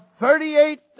thirty-eight